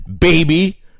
baby